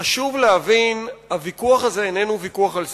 חשוב להבין, הוויכוח הזה איננו ויכוח על ססמאות.